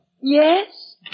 Yes